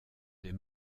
des